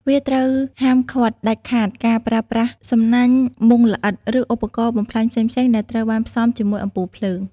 វាត្រូវហាមឃាត់ដាច់ខាតការប្រើប្រាស់សំណាញ់មុងល្អិត ឬឧបករណ៍បំផ្លាញផ្សេងៗដែលត្រូវបានផ្សំជាមួយអំពូលភ្លើង។